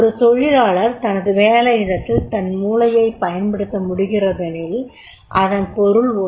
ஒரு தொழிலாளர் தனது வேலையிடத்தில் தன் மூளையைப் பயன்படுத்த முடிகிறதெனில் அதன் பொருள் என்ன